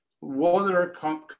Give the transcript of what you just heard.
water